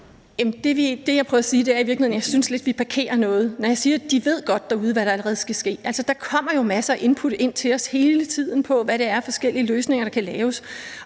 Det, jeg prøvede at sige, var, at jeg i virkeligheden lidt synes, at vi parkerer noget, når jeg siger, at de allerede godt ved derude, hvad der skal ske. Der kommer jo masser af input ind til os hele tiden om, hvad det er af forskellige løsninger, der kan laves.